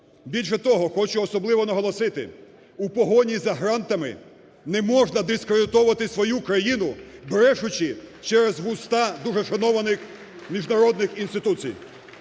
Більше того, хочу особливо наголосити, у погоні за грантами не можна дискредитовувати свою країну, брешучи через вуста дуже шанованих міжнародних інституцій.